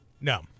No